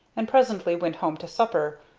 and presently went home to supper,